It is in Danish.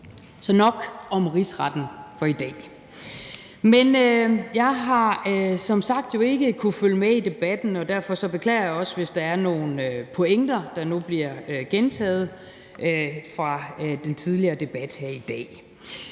så nok om rigsretten for i dag. Jeg har som sagt ikke kunnet følge med i debatten, og derfor beklager jeg også, hvis der er nogle pointer fra den tidligere debat her i dag,